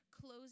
close